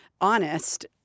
honest